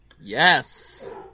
Yes